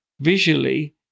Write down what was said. visually